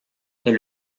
est